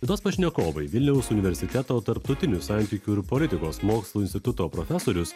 laidos pašnekovai vilniaus universiteto tarptautinių santykių ir politikos mokslų instituto profesorius